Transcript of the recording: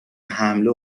حمله